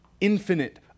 infinite